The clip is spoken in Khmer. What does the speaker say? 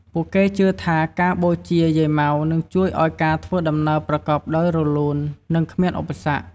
ពួកគេជឿថាការបូជាយាយម៉ៅនឹងជួយឱ្យការធ្វើដំណើរប្រកបដោយរលូន និងគ្មានឧបសគ្គ។